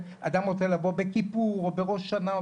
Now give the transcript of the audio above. שאדם רוצה לבוא בכיפור או בראש השנה,